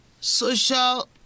social